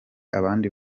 abandi